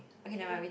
okay